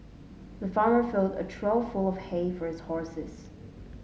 the farmer filled a trough full of hay for his horses